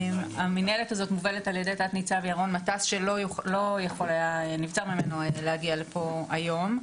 המינהלת הזאת מובלת על ידי תת ניצב ירון מטס שנבצר ממנו להגיע לפה היום.